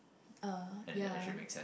uh ya